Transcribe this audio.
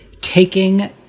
taking